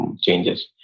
changes